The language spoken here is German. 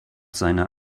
seiner